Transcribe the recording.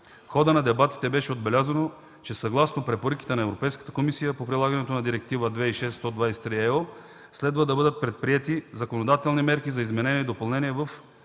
хода на дебатите беше отбелязано, че съгласно препоръките на Европейската комисия по прилагането на Директива 2006/123/ЕО следва да бъдат предприети законодателни мерки за изменение и допълнение и